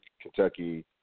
Kentucky